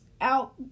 out